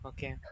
Okay